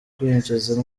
kwinjiza